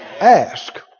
Ask